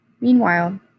Meanwhile